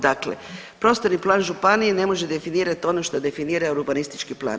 Dakle, prostorni plan županije ne može definirati ono što definira urbanistički plan.